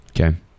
Okay